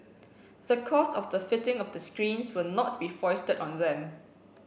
the cost of the fitting of the screens will not be foisted on them